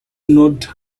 not